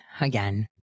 again